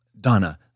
Donna